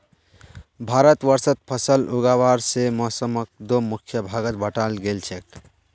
भारतवर्षत फसल उगावार के मौसमक दो मुख्य भागत बांटाल गेल छेक